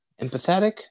empathetic